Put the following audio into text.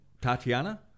Tatiana